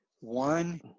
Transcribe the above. One